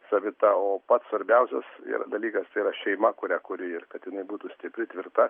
savita o pats svarbiausias dalykas tai yra šeima kurią kuri ir kad jinai būtų stipri tvirta